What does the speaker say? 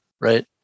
Right